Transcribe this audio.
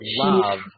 love